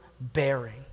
bearing